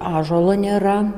ąžuolo nėra